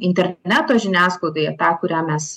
interneto žiniasklaidoje tą kurią mes